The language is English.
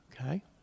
Okay